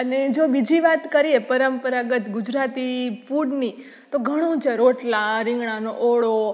અને જો બીજી વાત કરીએ પરંપરાગત ગુજરાતી ફૂડની તો ઘણું છે રોટલા રીંગળાનો ઓળો